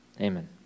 Amen